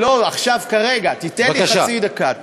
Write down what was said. לא, עכשיו כרגע, תן לי חצי דקה.